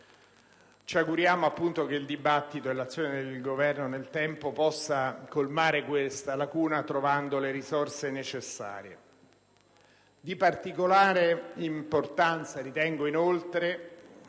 Ci auguriamo appunto che il dibattito e l'azione del Governo nel tempo possano colmare questa lacuna trovando le risorse necessarie. Diparticolare importanza ritengo, inoltre,